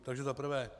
Takže za prvé.